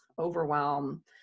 overwhelm